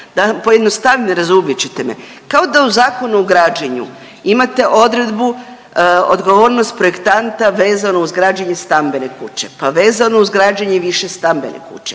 pojednostavim, razumit ćete me, kao da u Zakonu o građenju imate odredbu odgovornost projektanta vezano uz građenje stambene kuće, pa vezano uz građenje višestambene kuće,